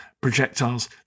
projectiles